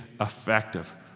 effective